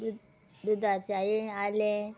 दूद दुदा चायें आलें